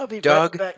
Doug